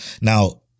Now